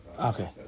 Okay